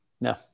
No